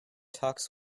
talks